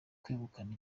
kwegukana